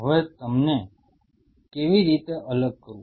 હવે તેમને કેવી રીતે અલગ કરવું